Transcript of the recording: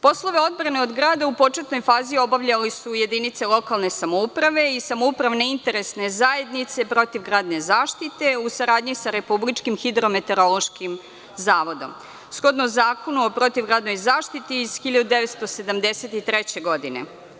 Poslove odbrane od grada u početnoj fazi obavljale su jedinice lokalne samouprave i samoupravne interesne zajednice protivgradne zaštite u saradnji sa Republičkim hidrometeorološkim zavodom shodno Zakonu o protivgradnoj zaštiti iz 1973. godine.